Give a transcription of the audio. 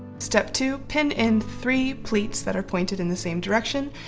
step two. pin in three pleats that are pointed in the same direction,